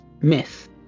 myth